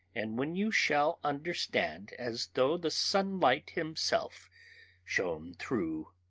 and when you shall understand as though the sunlight himself shone through.